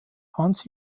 hans